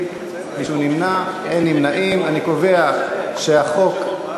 אפשר לבקש מהערוץ את התמונה, למסגר ולתלות בבית.